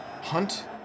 hunt